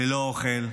ללא אוכל,